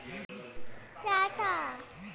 चार टन फसल उतारे में कितना मजदूरी लागेला?